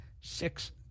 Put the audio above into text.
six